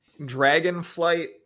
Dragonflight